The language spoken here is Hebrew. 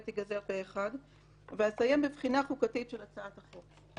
ייגזר פה אחד ואסיים בבחינה חוקתית של הצעת החוק.